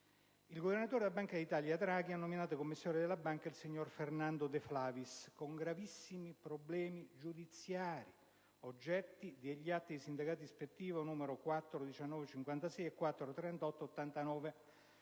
il Governatore della Banca d'Italia Draghi ha nominato commissario della banca il signor Fernando De Flaviis, con gravissimi problemi giudiziari (oggetto degli atti di sindacato ispettivo 4-01956 e 4-03889),